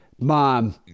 Mom